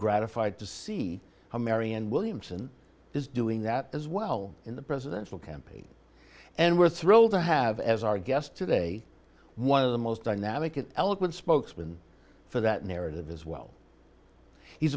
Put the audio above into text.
gratified to see how marianne williamson is doing that as well in the presidential campaign and we're thrilled to have as our guest today one of the most dynamic and eloquent spokesman for that narrative as well he's